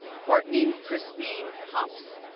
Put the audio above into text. courtney christine hopps,